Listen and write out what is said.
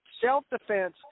self-defense